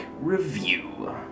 Review